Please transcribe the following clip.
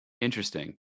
interesting